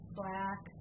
black